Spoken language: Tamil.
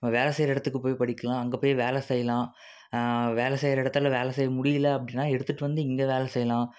நம்ம வேலை செய்கிற இடத்துக்கு போய் படிக்கலாம் அங்கே போய் வேலை செய்லாம் வேலை செய்கிற இடத்துல வேலை செய்ய முடியல அப்படின்னா எடுத்துகிட்டு வந்து இங்கே வேலை செய்யலாம்